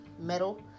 metal